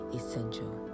essential